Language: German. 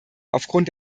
aufgrund